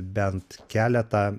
bent keletą